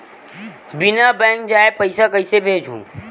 बिना बैंक जाये पइसा कइसे भेजहूँ?